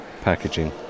packaging